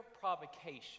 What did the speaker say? provocation